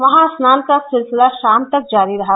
वहां स्नान का सिलसिला षाम तक जारी रहा